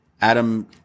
Adam